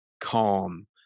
calm